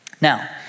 Now